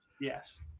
Yes